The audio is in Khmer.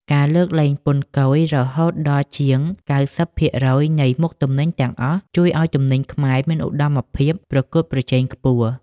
ការលើកលែងពន្ធគយរហូតដល់ជាងកៅសិបភាគរយនៃមុខទំនិញទាំងអស់ ជួយឱ្យទំនិញខ្មែរមានឧត្តមភាពប្រកួតប្រជែងខ្ពស់។